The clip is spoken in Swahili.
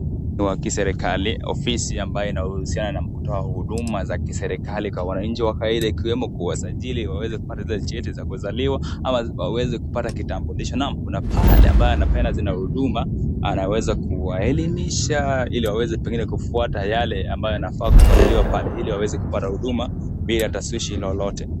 Wa kiserikali. Ofisi ambayo ina uhusiano na kutoa huduma za kiserikali kwa wananchi wa kawaida ikiwemo kuwasajili waweze cheti za kuzaliwa ama waweze kupata kitambulisho. Naam kuna pale ambaye anapenda zina huduma anaweza kuwa elimusha ili waweze pengine kufuata yale ambayo inafaa kufuatiliwa pale. Ili waweze kupata huduma bila taswishi lolote.